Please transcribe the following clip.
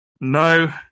No